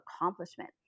accomplishment